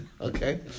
okay